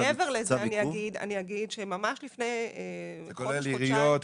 מעבר לזה אני אגיד שממש לפני חודש-חודשיים --- כולל עיריות?